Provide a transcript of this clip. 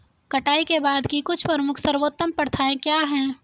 कटाई के बाद की कुछ प्रमुख सर्वोत्तम प्रथाएं क्या हैं?